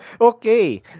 Okay